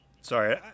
Sorry